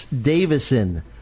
Davison